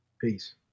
Peace